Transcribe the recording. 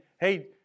hey